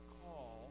call